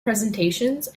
presentations